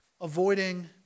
avoiding